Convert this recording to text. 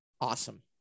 Awesome